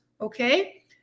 Okay